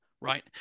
right